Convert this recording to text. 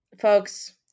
folks